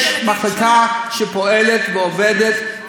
יש מחלקה שפועלת ועובדת,